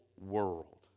world